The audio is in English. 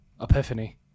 Epiphany